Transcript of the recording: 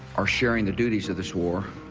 are sharing the duties of this war,